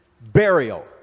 burial